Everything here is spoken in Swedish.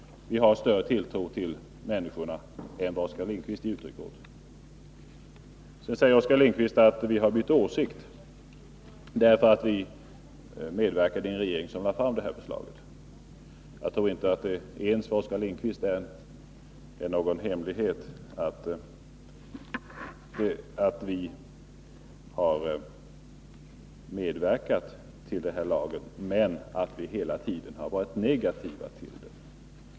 Vi har större tilltro till människorna än vad Oskar Lindkvist ger uttryck för. Vidare säger Oskar Lindkvist att vi har bytt åsikt därför att vi medverkat i en regering som lade fram detta förslag. Jag tror inte att det ens för Oskar Lindkvist är någon hemlighet att vi har medverkat till denna lag men att vi hela tiden har varit negativa till den.